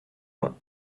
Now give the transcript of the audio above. main